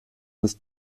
des